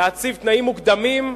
להציב תנאים מוקדמים,